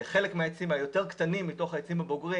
חלק מהעצים היותר קטנים מתוך העצים הבוגרים